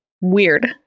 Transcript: weird